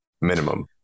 Minimum